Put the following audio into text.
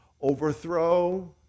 overthrow